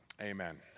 amen